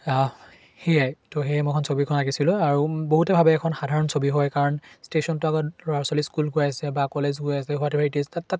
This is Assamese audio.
সেয়াই তো সেয়ে মই এখন ছবিখন আঁকিছিলোঁ আৰু বহুতে ভাবে এখন সাধাৰণ ছবি হয় কাৰণ ষ্টেশ্যনটো আগত ল'ৰা ছোৱালী স্কুল গৈ আছে বা কলেজ গৈ আছে হোৱাট এভাৰ ইট ইজ তাত তাত